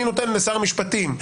אני נותן לשר המשפטים.